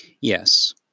Yes